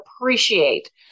appreciate